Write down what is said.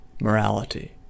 morality